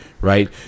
right